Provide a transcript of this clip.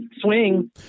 swing